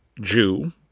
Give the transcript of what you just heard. Jew